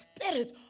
spirit